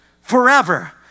forever